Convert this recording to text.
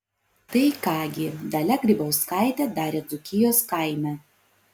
tai ką gi dalia grybauskaitė darė dzūkijos kaime